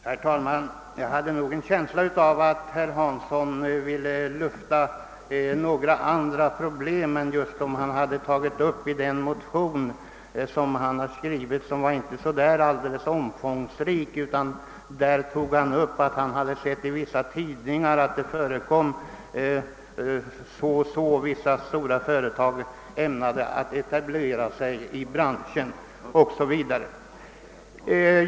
Herr talman! Jag hade nog en känsla av att herr Hansson i Skegrie ville lufta en del andra problem än just dem han tagit upp i sin motion, som inte var särskilt omfångsrik. I motionen anför herr Hansson, att han i tidningar sett uppgifter om att vissa stora företag skulle etablera sig i branschen, 0. S. V.